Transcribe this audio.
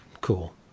cool